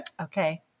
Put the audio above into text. Okay